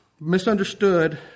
misunderstood